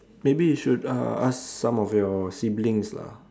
maybe you should uh ask some of your siblings lah